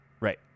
Right